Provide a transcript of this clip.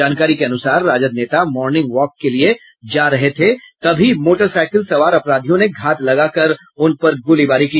जानकारी के अनुसार राजद नेता मॉर्निंग वाक के लिये जा रहे थे तभी मोटरसाईकिल सवार अपराधियों ने घात लगाकर उनपर गोलीबारी की